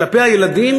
כלפי הילדים